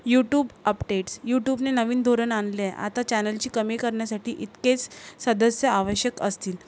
YouTube updates यूटूबने नवीन धोरण आणले आहे आता चॅनल्सची कमी करण्यासाठी इतकेच सदस्य आवश्यक असतील